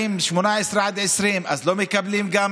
באמת.